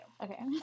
okay